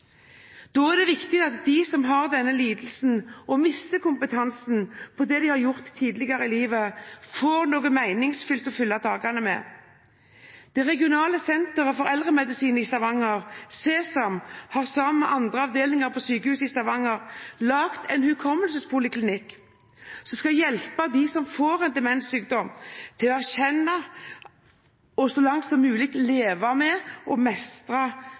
Da er det viktig at de som har denne lidelsen og mister kompetansen på det de har gjort tidligere i livet, får noe meningsfullt å fylle dagene med. Det regionale senteret for eldremedisin i Stavanger, SESAM, har sammen med andre avdelinger på sykehuset i Stavanger laget en hukommelsespoliklinikk som skal hjelpe dem som får en demenssykdom til å erkjenne – og så langt som mulig leve med og mestre